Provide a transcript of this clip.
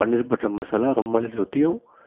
பன்னீர் butter masala rumali ரொட்டியும்